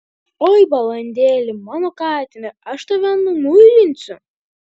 oi balandėli mano katine aš tave numuilinsiu